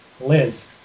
Liz